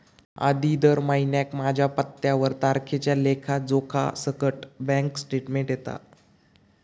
आधी दर महिन्याक माझ्या पत्त्यावर तारखेच्या लेखा जोख्यासकट बॅन्क स्टेटमेंट येता